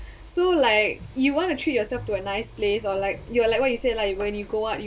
so like you want to treat yourself to a nice place or like you're like what you said lah when you go out you